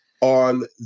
on